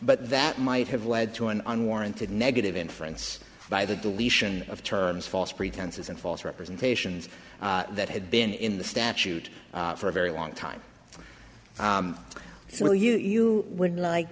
but that might have led to an unwarranted negative inference by the deletion of terms false pretenses and false representations that had been in the statute for a very long time so you would like